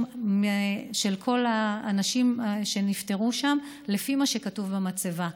של כל האנשים שנפטרו שם לפי מה שכתוב במצבה.